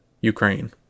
Ukraine